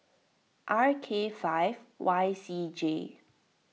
R K five Y C J